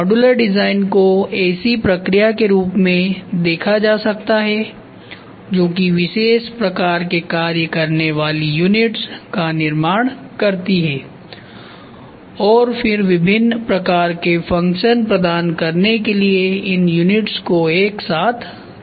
modular design को ऐसी प्रक्रिया के रूप में देखा जा सकता है जो की विशेष प्रकार के कार्य करने वाली यूनिट्स का निर्माण करती है और फिर विभिन्न प्रकार के फ़ंक्शन प्रदान करने के लिए इन यूनिट्स को एक साथ जोड़ देती है